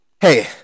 Hey